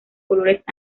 colores